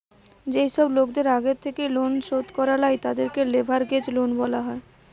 যেই সব লোকদের আগের থেকেই লোন শোধ করা লাই, তাদেরকে লেভেরাগেজ লোন বলা হয়